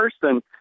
person